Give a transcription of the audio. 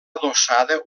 adossada